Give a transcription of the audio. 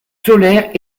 solaires